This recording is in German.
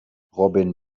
robin